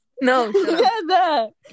No